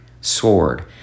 sword